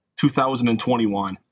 2021